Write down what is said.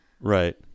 Right